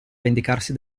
vendicarsi